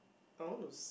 downest